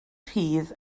rhydd